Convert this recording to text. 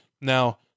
now